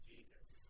Jesus